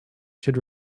should